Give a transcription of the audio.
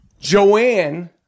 Joanne